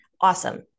awesome